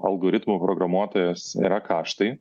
algoritmų programuotojas yra kaštai